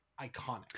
iconic